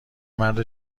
مرد